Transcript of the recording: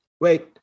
Wait